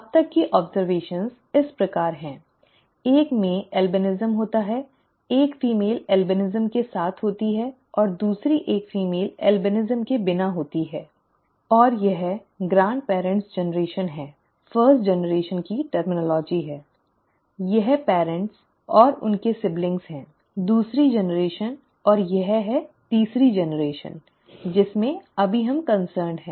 अब तक की टिप्पणियां इस प्रकार हैं एक में अल्बिनिज्म होता है एक फीमेल अल्बिनिज़म के साथ होती है और दूसरी एक फीमेल अल्बिनिज़म के बिना होती है और यह दादा दादी की पीढ़ी है पहली पीढ़ी की शब्दावली है यह माता पिता और उनके भाई बहन हैं ठीक है दूसरी पीढ़ी और यह है तीसरी पीढ़ी जिसमें अभी हम कंसर्न्ड हैं